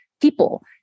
people